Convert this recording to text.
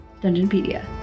Dungeonpedia